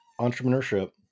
entrepreneurship